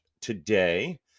today